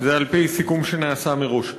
זה על-פי סיכום שנעשה מראש.